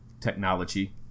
technology